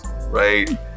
right